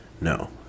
No